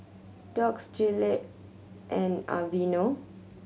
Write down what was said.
Doux Gillette and Aveeno